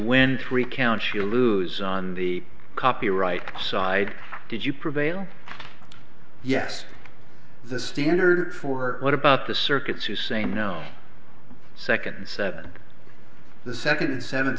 win three counts you lose on the copyright side did you prevail yes the standard for what about the circuits who say no second seven the second se